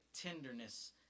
tenderness